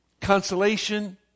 consolation